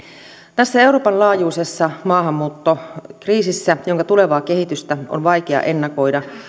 tässä euroopan laajuisessa maahanmuuttokriisissä jonka tulevaa kehitystä on vaikea ennakoida